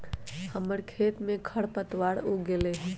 हमर खेत में खरपतवार उग गेल हई